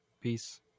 Peace